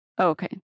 okay